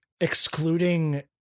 excluding